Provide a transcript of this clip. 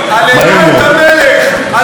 הללו את המלך, הללו את המלך.